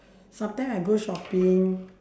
sometime I go shopping